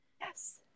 yes